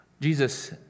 Jesus